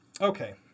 okay